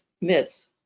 myths